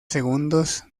segundos